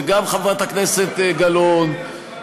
וגם חברת הכנסת גלאון,